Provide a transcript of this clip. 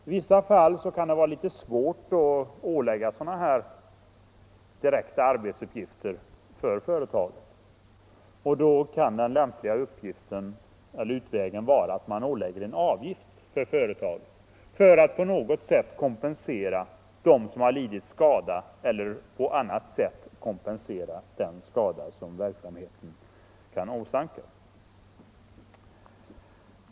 I vissa fall kan det vara svårt att ålägga företaget direkta arbetsuppgifter, och då kan den lämpliga utvägen vara att föreskriva en avgift som företaget skall betala för att på något sätt kompensera dem som har lidit skada eller på annat sätt kompensera den skada som verksamheten kan förorsaka.